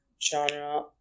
genre